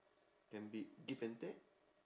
can be give and take